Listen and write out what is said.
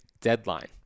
deadline